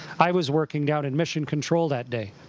i was working down in mission control that day.